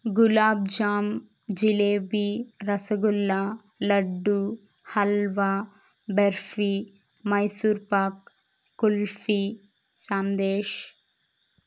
gulab jam jalebi rasgulla laddu halwa barfi Mysore pak kulfi sandesh